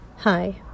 Hi